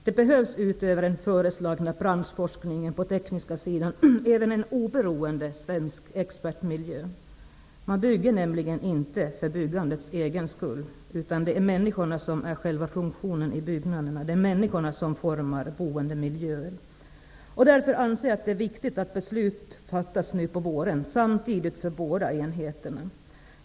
Det behövs utöver den föreslagna branschforskningen på den tekniska sidan även en oberoende svensk expertmiljö. Man bygger nämligen inte för byggandets egen skull, utan det är människorna som är själva funktionen i byggnaderna. Det är människorna som formar boendemiljöer. Det är viktigt att det nu under våren fattas beslut som gäller för båda enheterna.